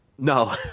No